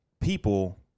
people